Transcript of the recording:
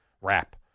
wrap